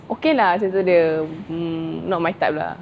okay lah cerita dia mm not my type lah